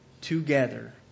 together